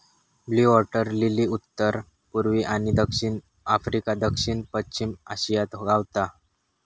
blue water lily उत्तर पुर्वी आणि दक्षिण आफ्रिका, दक्षिण पश्चिम आशियात गावता